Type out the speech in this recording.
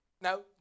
Now